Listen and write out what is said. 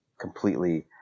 completely